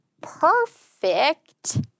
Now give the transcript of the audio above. perfect